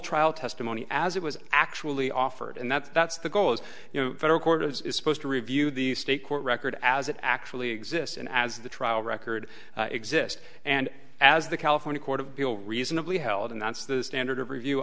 trial testimony as it was actually offered and that's that's the goal as you know federal court is supposed to review the state court record as it actually exists and as the trial record exists and as the california court of appeal reasonably held and that's the standard of review